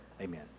Amen